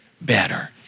better